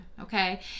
okay